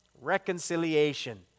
Reconciliation